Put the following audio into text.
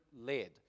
led